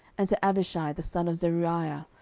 and to abishai the son of zeruiah,